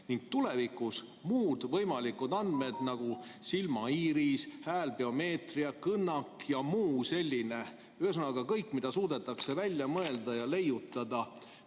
ning tulevikus muud võimalikud andmed, nagu silmaiiris, häälbiomeetria, kõnnak jms. Ühesõnaga, kõik, mida suudetakse välja mõelda ja leiutada.